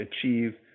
achieve